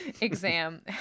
exam